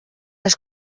les